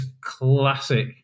classic